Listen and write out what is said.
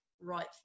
right